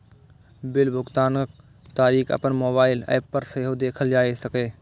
bill भुगतानक तारीख अपन मोबाइल एप पर सेहो देखल जा सकैए